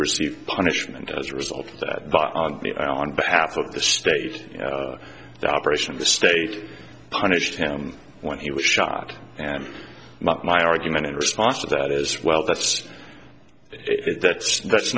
received punishment as a result of that but on behalf of the state the operation of the state punished him when he was shot and my argument in response to that is well that's it that's that's